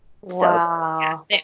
Wow